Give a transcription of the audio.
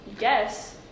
Yes